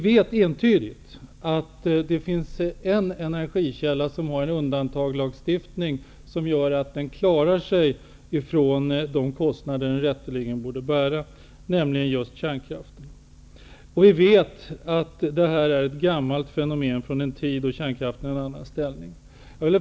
Det finns dock en energikälla som via undantagslagstiftning klarar sig från de kostnader den rätteligen borde bära, nämligen kärnkraften. Vi vet att det är en kvarleva från den tid då kärnkraften hade en annan ställning.